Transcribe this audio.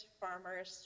farmers